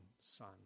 son